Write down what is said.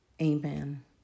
Amen